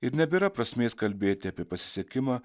ir nebėra prasmės kalbėti apie pasisekimą